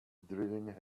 drilling